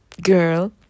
girl